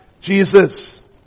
Jesus